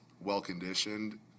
well-conditioned